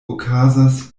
okazas